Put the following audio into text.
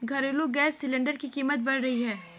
घरेलू gas cylinder की कीमतें बढ़ रही है